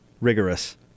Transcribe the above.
rigorous